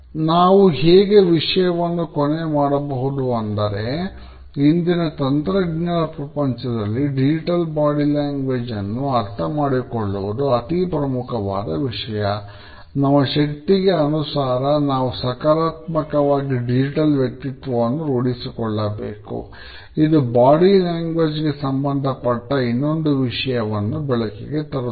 ನಾವು ಹೇಗೆ ಈ ವಿಷಯವನ್ನು ಕೊನೆ ಮಾಡಬಹುದು ಎಂದರೆ ಇಂದಿನ ತಂತ್ರಜ್ಞಾನ ಪ್ರಪಂಚದಲ್ಲಿ ಡಿಜಿಟಲ್ ಬಾಡಿ ಲ್ಯಾಂಗ್ವೇಜ್ ಗೆ ಸಂಬಂಧಪಟ್ಟ ಇನ್ನೊಂದು ವಿಷಯವನ್ನು ಬೆಳಕಿಗೆ ತರುತ್ತದೆ